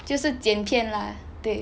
就是剪片 lah 对